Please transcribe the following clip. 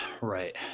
Right